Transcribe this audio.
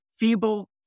Feeble